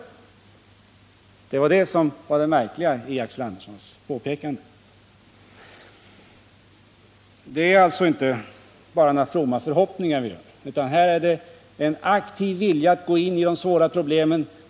Det var det påståendet som var det märkliga i Axel Anderssons påpekande. Regeringen har alltså inte bara fromma förhoppningar, utan här visar vi en aktiv vilja att gå in i de svåra problemen.